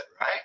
Right